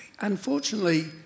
Unfortunately